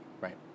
right